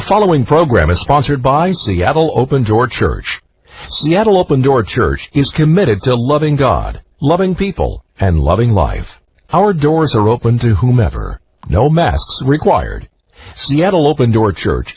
following program is sponsored by seattle open door church yet open door church is committed to loving god loving people and loving life our doors are open to whomever no mass required seattle open door church